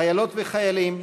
חיילות וחיילים,